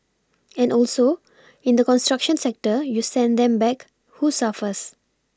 and also in the construction sector you send them back who suffers